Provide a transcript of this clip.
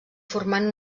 formant